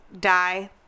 die